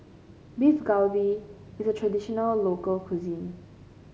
Beef Galbi is a traditional local cuisine